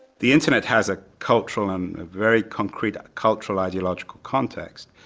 the internet has a cultural, and a very concrete ah cultural ideological context.